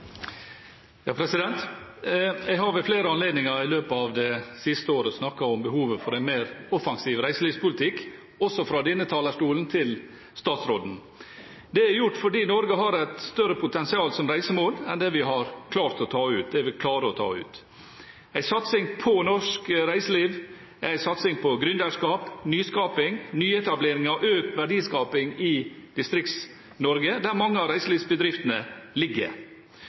Jeg har ved flere anledninger i løpet av det siste året snakket til statsråden om behovet for en mer offensiv reiselivspolitikk, også fra denne talerstolen. Det har jeg gjort fordi Norge har et større potensial som reisemål enn det vi klarer å ta ut. En satsing på norsk reiseliv er en satsing på gründerskap, nyskaping, nyetableringer og økt verdiskaping i Distrikts-Norge, der mange av reiselivsbedriftene ligger.